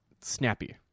snappy